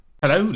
Hello